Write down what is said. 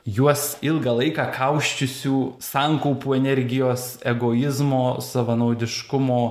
juos ilgą laiką kausčiusių sankaupų energijos egoizmo savanaudiškumo